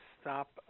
stop